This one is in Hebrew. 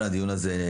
הדיון הזה,